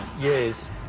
Yes